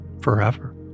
forever